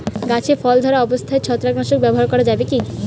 গাছে ফল ধরা অবস্থায় ছত্রাকনাশক ব্যবহার করা যাবে কী?